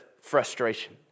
frustration